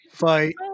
Fight